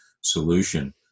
solution